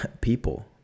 people